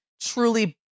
truly